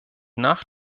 nach